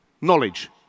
Knowledge